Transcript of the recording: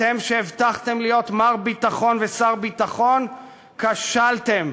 אתם, שהבטחתם להיות מר ביטחון ושר ביטחון, כשלתם.